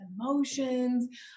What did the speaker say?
emotions